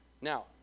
Now